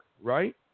right